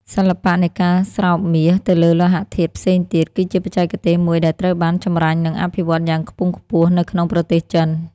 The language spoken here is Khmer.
សិល្បៈនៃការស្រោបមាសទៅលើលោហៈធាតុផ្សេងទៀត គឺជាបច្ចេកទេសមួយដែលត្រូវបានចម្រាញ់ និងអភិវឌ្ឍយ៉ាងខ្ពង់ខ្ពស់នៅក្នុងប្រទេសចិន។